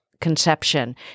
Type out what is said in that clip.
conception